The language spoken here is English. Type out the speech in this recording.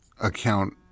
account